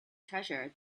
treasure